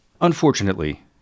Unfortunately